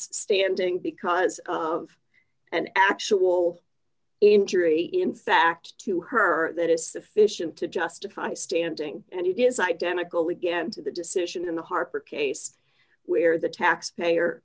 standing because of an actual injury in fact to her that is sufficient to justify standing and it is identical again to the decision in the harper case where the taxpayer